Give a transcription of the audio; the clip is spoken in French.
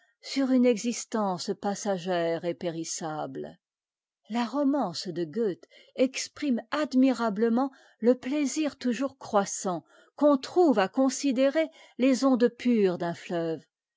sur une existence passagère et périssable la romance de goethe exprime admirablement le plaisir toujours croissant qu'on trouve à considérer les ondes pures